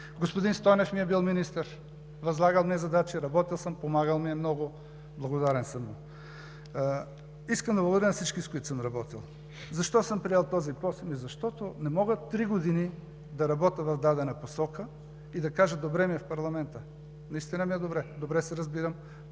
Господин Стойнев ми е бил министър. Възлагал ми е задачи, работил съм, помагал ми е много – благодарен съм му. Искам да благодаря на всички, с които съм работил. Защо съм приел този пост? Защото не мога три години да работя в дадена посока и да кажа: добре ми е в парламента. Наистина ми е добре. Добре се разбирам.